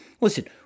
Listen